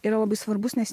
yra labai svarbus nes